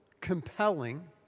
compelling